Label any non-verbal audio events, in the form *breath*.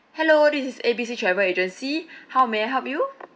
hello this is A B C travel agency *breath* how may I help you